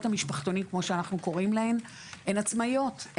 המשפחתונים כמו שאנחנו קוראים להן הן עצמאיות.